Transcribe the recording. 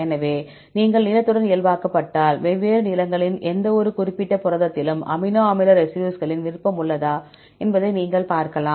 எனவே நீங்கள் நீளத்துடன் இயல்பாக்கப்பட்டால் வெவ்வேறு நீளங்களின் எந்தவொரு குறிப்பிட்ட புரதத்திலும் அமினோ அமில ரெசிடியூஸ்களின் விருப்பம் உள்ளதா என்பதை நீங்கள் பார்க்கலாம்